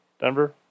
Denver